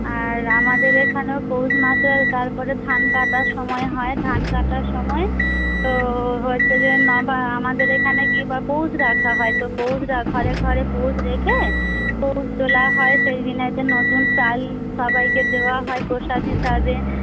আর আমাদের এখানেও পৌষ মাসে তারপরে ধান কাটার সময় হয় ধান কাটার সময় তো হয়েছে যে আমাদের এখানে পৌষ রাখা হয় তো পৌষ ঘরে ঘরে পৌষ রেখে পৌষ তোলা হয় সেই দিনেতে নতুন চাল সবাইকে দেওয়া হয় প্রসাদ হিসাবে